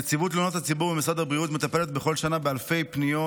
נציבות תלונות הציבור במשרד הבריאות מטפלת בכל שנה באלפי פניות